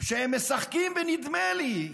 שהם משחקים בנדמה לי.